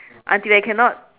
until they cannot